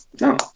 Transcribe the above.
No